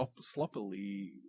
sloppily